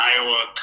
Iowa